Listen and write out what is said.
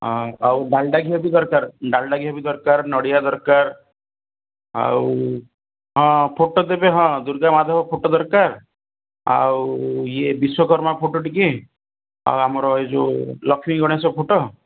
ଆଉ ଆଉ ଡାଲଡ଼ା ଘିଅ ବି ଦରକାର ଡାଲଡ଼ା ଘିଅ ବି ଦରକାର ନଡ଼ିଆ ଦରକାର ଆଉ ହଁ ଫଟୋ ଦେବେ ହଁ ଦୁର୍ଗାମାଧବ ଫଟୋ ଦରକାର ଆଉ ଇଏ ବିଶ୍ୱକର୍ମା ଫଟୋ ଟିକେ ଆମର ଏ ଯେଉଁ ଲକ୍ଷ୍ମୀ ଗଣେଷ ଫଟୋ